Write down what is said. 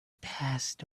passed